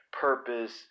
purpose